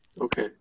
okay